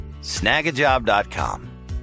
snagajob.com